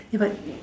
ya but